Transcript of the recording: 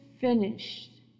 finished